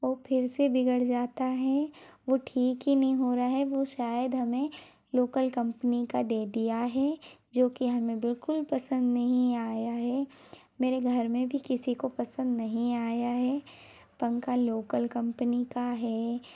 ओ फिर से बिगड़ जाता है वो ठीक ही नहीं हो रहा है वो शायद हमें लोकल कंपनी का दे दिया है जो कि हमें बिल्कुल पसंद नहीं आया है मेरे घर में भी किसी को पसंद नहीं आया है पंखा लोकल कंपनी का है